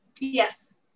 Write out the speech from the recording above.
Yes